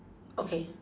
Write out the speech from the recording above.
okay